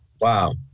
Wow